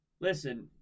Listen